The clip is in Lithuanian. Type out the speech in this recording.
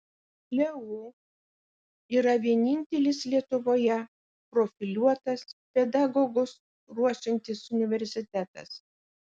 leu yra vienintelis lietuvoje profiliuotas pedagogus ruošiantis universitetas